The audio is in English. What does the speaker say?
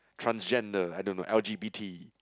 transgender I don't know L_G_B_T